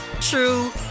true